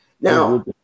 Now